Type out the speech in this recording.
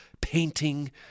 painting